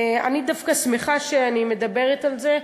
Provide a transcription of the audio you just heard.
אני דווקא שמחה שאני מדברת על זה,